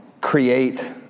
create